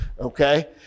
Okay